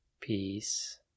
Peace